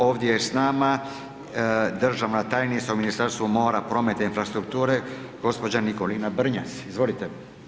Ovdje je s nama državna tajnica u Ministarstvu mora, prometa i infrastrukture gospođa Nikolina Brnjac, izvolite.